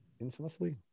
Infamously